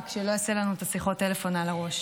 רק שלא יעשה לנו את שיחות הטלפון על הראש,